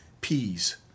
peas